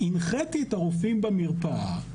הנחיתי את הרופאים במרפאה,